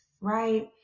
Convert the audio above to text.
right